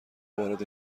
وارد